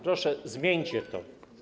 Proszę, zmieńcie to.